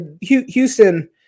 Houston –